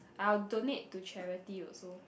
I'll donate to charity also